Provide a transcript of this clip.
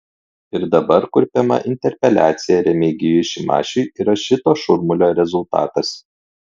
ir dabar kurpiama interpeliacija remigijui šimašiui yra šito šurmulio rezultatas